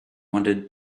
wanted